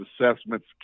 assessments